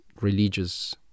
religious